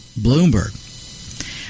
Bloomberg